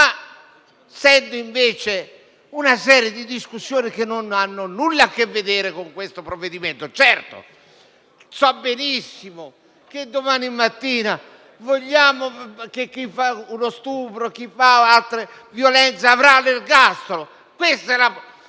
ho sentito invece una serie di discussioni che non hanno nulla a che vedere con questo provvedimento. Certo, so benissimo che da domani mattina vogliamo che chi commette uno stupro o altre violenze abbia l'ergastolo: questa è la